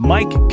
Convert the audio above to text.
Mike